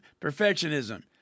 perfectionism